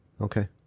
okay